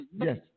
Yes